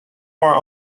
write